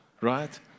right